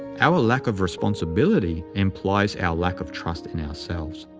our lack of responsibility implies our lack of trust in ourselves.